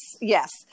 yes